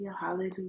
Hallelujah